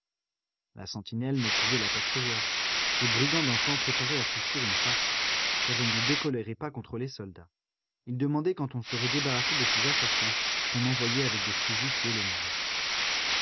la sentinelle ne pouvait l'apercevoir ce brigand d'enfant préparait à coup sûr une farce car il ne décolérait pas contre les soldats il demandait quand on serait débarrassé de ces assassins qu'on envoyait avec des fusils tuer le monde